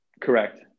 correct